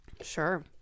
sure